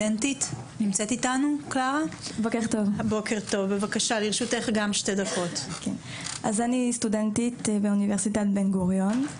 בוקר טוב, אני סטודנטית באונ' בן גוריון.